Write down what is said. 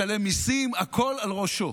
משלם מיסים, הכול על ראשו.